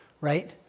right